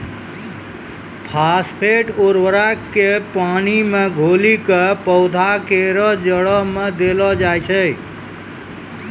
phosphate उर्वरक क पानी मे घोली कॅ पौधा केरो जड़ में देलो जाय छै